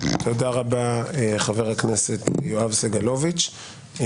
תודה רבה חבר הכנסת יואב סגלוביץ'.